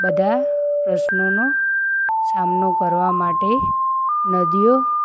બધા પ્રશ્નોનો સામનો કરવા માટે નદીઓ